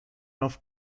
off